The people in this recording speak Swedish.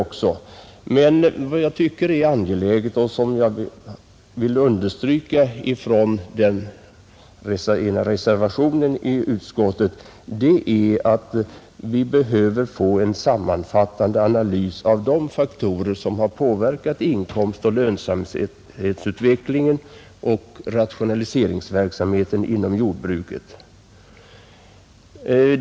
Det är också angeläget — jag understryker vad som i det avseendet sägs i en av reservationerna — att vi får en sammanfattande analys av de faktorer som påverkar inkomstoch lönsamhetsutvecklingen samt rationaliseringsverksamheten inom jordbruket.